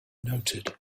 noted